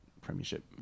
Premiership